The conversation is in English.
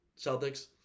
Celtics